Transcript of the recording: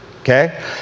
okay